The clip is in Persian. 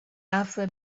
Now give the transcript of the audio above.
عفو